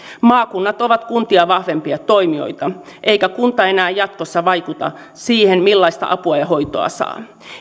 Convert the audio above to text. maakunnat ovat kuntia vahvempia toimijoita eikä kunta enää jatkossa vaikuta siihen millaista apua ja hoitoa saa